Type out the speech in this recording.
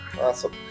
Awesome